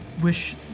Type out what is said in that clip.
wish